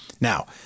Now